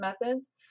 methods